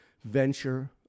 venture